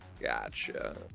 Gotcha